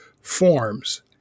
forms